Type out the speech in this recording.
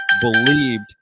believed